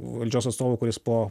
valdžios atstovu kuris po